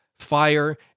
fire